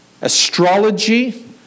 Astrology